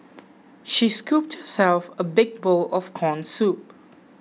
she scooped herself a big bowl of Corn Soup